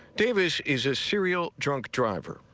davis is a serial drunk driver.